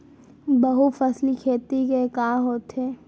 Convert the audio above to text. बहुफसली खेती का होथे?